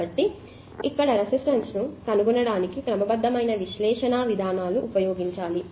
కాబట్టి ఇక్కడ రెసిస్టన్స్ ను కనుగొనడానికి కూడా క్రమబద్ధమైన విశ్లేషణ విధానాలను ఉపయోగించాలి